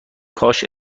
کاش